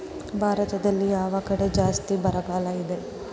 ಭಾರತದಲ್ಲಿ ಯಾವ ಕಡೆ ಜಾಸ್ತಿ ಬರಗಾಲ ಇದೆ?